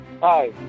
Hi